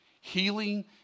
Healing